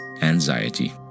anxiety